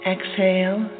Exhale